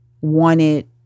wanted